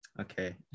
Okay